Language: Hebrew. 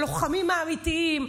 הלוחמים האמיתיים,